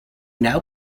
now